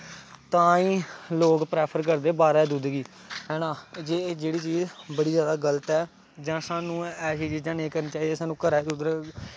तां गै लोग प्रैफर करदे बाह्रा दे दुद्ध गी है ना ते जेह्ड़ी चीज़ बड़ी जादा गल्त ऐ जां सानूं ऐसियां चीज़ां नेईं करनियां चाहिदियां सानूं घरा दा